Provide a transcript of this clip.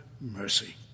mercy